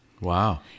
Wow